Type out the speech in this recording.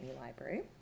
library